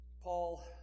Paul